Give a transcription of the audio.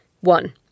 One